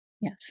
Yes